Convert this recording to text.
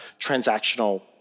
transactional